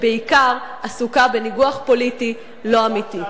שבעיקר עסוקה בניגוח פוליטי לא אמיתי.